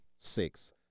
Six